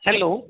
hello